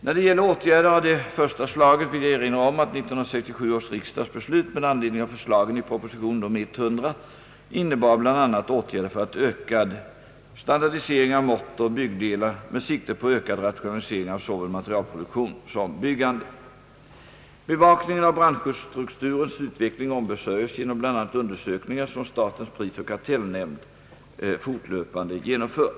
När det gäller åtgärder av det första slaget vill jag erinra om att 1967 års riksdags beslut med anledning av förslagen i proposition nr 100 innebar bl.a. åtgärder för ökad standardisering av mått och byggdelar med sikte på ökad rationalisering av såväl materialproduktion som byggande. Bevakningen av branschstrukturens utveckling ombesörjs genom bl.a. undersökningar som statens prisoch kartellnämnd fortlöpande genomför.